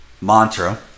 mantra